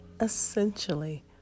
essentially